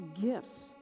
gifts